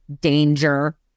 danger